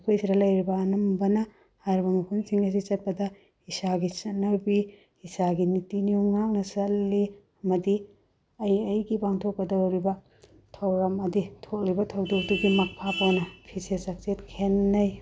ꯑꯩꯈꯣꯏ ꯁꯤꯗ ꯂꯩꯔꯤꯕ ꯑꯅꯝꯕꯅ ꯍꯥꯏꯔꯤꯕ ꯃꯐꯝꯁꯤꯡ ꯑꯁꯤ ꯆꯠꯄꯗ ꯏꯁꯥꯒꯤ ꯆꯠꯅꯕꯤ ꯏꯁꯥꯒꯤ ꯅꯤꯇꯤ ꯅꯤꯌꯣꯝ ꯉꯥꯛꯅ ꯆꯠꯂꯤ ꯑꯃꯗꯤ ꯑꯩ ꯑꯩꯒꯤ ꯄꯥꯡꯊꯣꯛꯀꯗꯧꯔꯤꯕ ꯊꯧꯔꯝ ꯍꯥꯏꯗꯤ ꯊꯣꯛꯂꯤꯕ ꯊꯧꯗꯣꯛꯇꯨꯒꯤ ꯃꯈꯥ ꯄꯣꯟꯅ ꯐꯤꯖꯦꯠ ꯆꯥꯛꯁꯦꯠ ꯈꯦꯠꯅꯩ